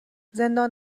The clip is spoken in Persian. زندان